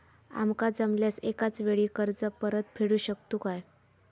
आमका जमल्यास एकाच वेळी कर्ज परत फेडू शकतू काय?